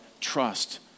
Trust